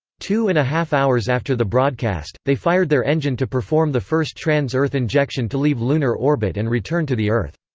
two and a half hours after the broadcast, they fired their engine to perform the first trans-earth injection to leave lunar orbit and return to the earth.